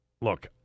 Look